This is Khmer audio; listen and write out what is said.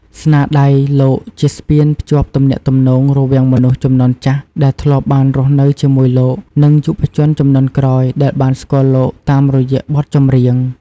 ស្នាដៃលោកជាស្ពានភ្ជាប់ទំនាក់ទំនងរវាងមនុស្សជំនាន់ចាស់ដែលធ្លាប់បានរស់នៅជាមួយលោក និងយុវជនជំនាន់ក្រោយដែលបានស្គាល់លោកតាមរយៈបទចម្រៀង ។